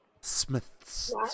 Smiths